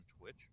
twitch